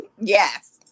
Yes